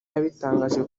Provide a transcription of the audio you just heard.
yabitangaje